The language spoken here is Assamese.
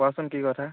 ক'চোন কি কথা